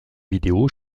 vidéos